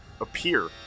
appear